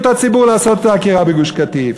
את הציבור לעשות את העקירה בגוש-קטיף.